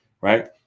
Right